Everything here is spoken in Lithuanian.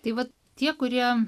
tai vat tie kurie